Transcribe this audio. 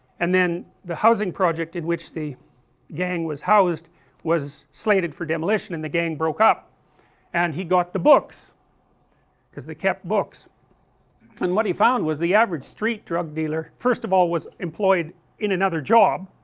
and then the housing project in which the gang was housed was slated for demolition and the gang broke up and he got the books because they kept books and what he found was the average street drug dealer, first of all was employed in another job,